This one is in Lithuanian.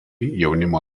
jaunimo